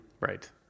Right